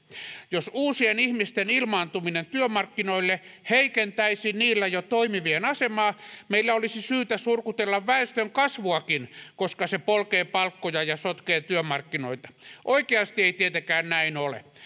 jos uusien ihmisten ilmaantuminen työmarkkinoille heikentäisi niillä jo toimivien asemaa meillä olisi syytä surkutella väestönkasvuakin koska se polkee palkkoja ja sotkee työmarkkinoita oikeasti ei tietenkään näin ole